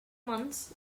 months